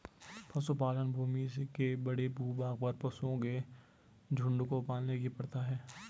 पशुपालन भूमि के बड़े भूभाग पर पशुओं के झुंड को पालने की प्रथा है